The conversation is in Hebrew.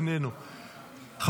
איננו,